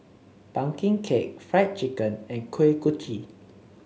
pumpkin cake Fried Chicken and Kuih Kochi